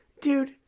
Dude